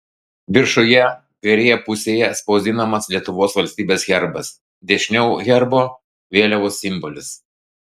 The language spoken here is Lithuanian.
viršuje kairėje pusėje spausdinamas lietuvos valstybės herbas dešiniau herbo vėliavos simbolis